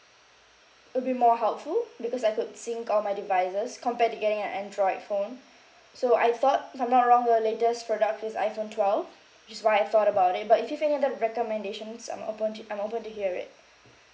would be more helpful because I could sync all my devices compared to getting an android phone so I thought if I'm not wrong the latest product is iphone twelve just what I thought about it but if you've any other recommendations I'm open to I'm open to hear it